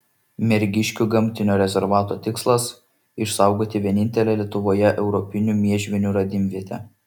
mergiškių gamtinio rezervato tikslas išsaugoti vienintelę lietuvoje europinių miežvienių radimvietę